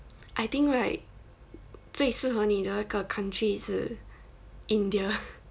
I think right 最适合你的那个 country 是 india